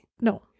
No